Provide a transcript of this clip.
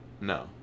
No